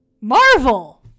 Marvel